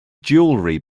jewelry